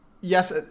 yes